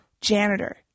janitor